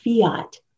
fiat